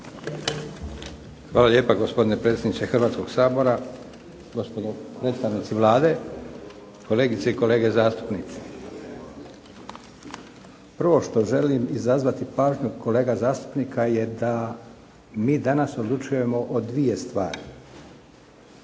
Hvala lijepa, gospodine predsjedniče Hrvatskoga sabora. Gospodo predstavnici Vlade, kolegice i kolege zastupnici. Prvo što želim izazvati pažnju kolega zastupnika je da mi danas odlučujemo o dvije stvari.